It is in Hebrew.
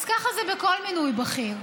אז ככה זה בכל מינוי בכיר.